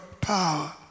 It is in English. power